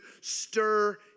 stir